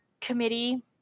committee